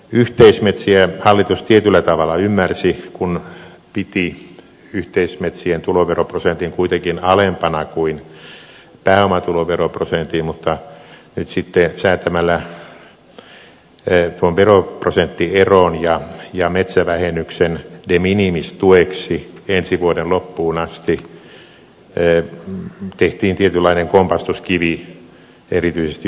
yhteismetsiä hallitus tietyllä tavalla ymmärsi kun piti yhteismetsien tuloveroprosentin kuitenkin alempana kuin pääomatuloveroprosentin mutta nyt sitten säätämällä tuon veroprosenttieron ja metsävähennyksen de minimis tueksi ensi vuoden loppuun asti tehtiin tietynlainen kompastuskivi erityisesti yhteismetsille